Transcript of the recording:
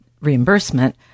reimbursement